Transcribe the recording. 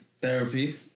therapy